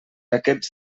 aquests